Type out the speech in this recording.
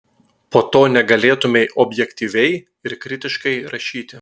po to negalėtumei objektyviai ir kritiškai rašyti